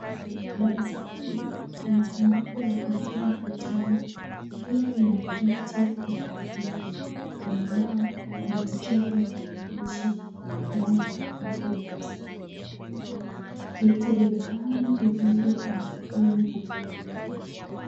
Darasa hili lina sanduku na kuekea vitabu, pia lina viti vya kukalia. Kwenye ubao kuna michoro na maandishi ambayo wanafunzi wanasoma. Viti vimepangwa vizuri kwenye foleni vikiangaliana.